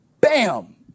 bam